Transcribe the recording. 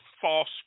false